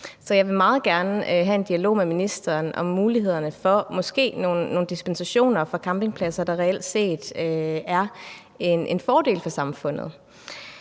jeg vil meget gerne have en dialog med ministeren om mulighederne for, at der måske kan gives nogle dispensationer til campingpladser, der reelt set er en fordel for samfundet.